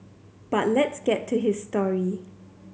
but let's get to his story